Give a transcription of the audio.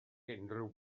unrhyw